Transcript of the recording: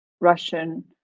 Russian